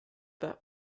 that